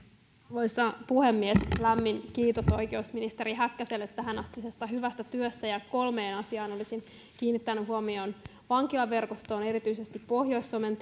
arvoisa puhemies lämmin kiitos oikeusministeri häkkäselle tähänastisesta hyvästä työstä kolmeen asiaan olisin kiinnittänyt huomion vankilaverkostoon erityisesti pohjois suomen